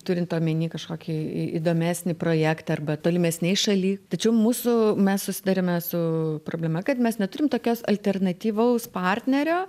turint omeny kažkokį į įdomesnį projektą arba tolimesnėj šaly tačiau mūsų mes susiduriame su problema kad mes neturim tokios alternatyvaus partnerio